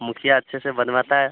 मुखिया अच्छे से बनवाता है